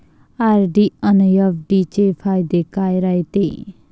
RD अन FD चे फायदे काय रायते?